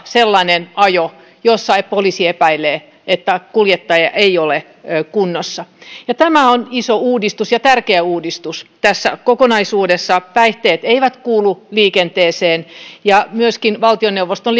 sellainen ajo josta poliisi epäilee että kuljettaja ei ole kunnossa tämä on iso ja tärkeä uudistus tässä kokonaisuudessa päihteet eivät kuulu liikenteeseen ja myöskin valtioneuvoston